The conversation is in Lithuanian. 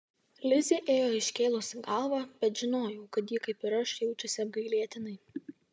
lizė ėjo iškėlusi galvą bet žinojau kad ji kaip ir aš jaučiasi apgailėtinai